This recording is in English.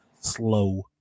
slow